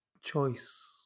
choice